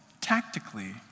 tactically